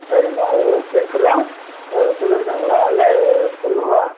சரிம்மா அவங்கோ பீஸ்ஸுலாம் ஆ சொல்லியிருக்காங்களா இல்லை சொல்லணுமா